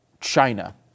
China